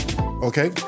Okay